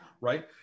Right